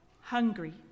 hungry